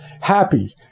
happy